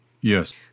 Yes